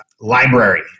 library